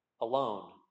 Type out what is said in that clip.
alone